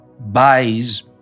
buys